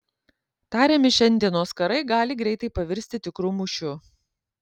tariami šiandienos karai gali greitai pavirsti tikru mūšiu